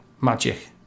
Magic